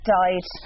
died